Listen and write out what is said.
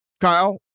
Kyle